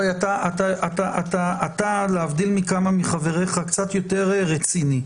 אוי, אתה, להבדיל מכמה מחבריך, קצת יותר רציני.